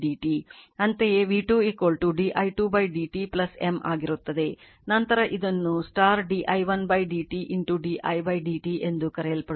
ಅಂತೆಯೇ v2 di2 dt M ಆಗಿರುತ್ತದೆ ನಂತರ ಇದನ್ನು d i1 dt d i dt ಎಂದು ಕರೆಯಲ್ಪಡುತ್ತದೆ